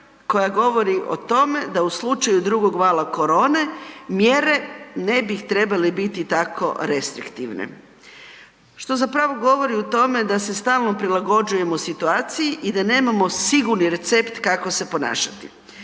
koja govori o tome da u slučaju drugog vala korone, mjere ne bi trebale biti tako restriktivne, što zapravo govori o tome da se stalno prilagođujemo situaciji i da nemamo sigurni recept kako se ponašati.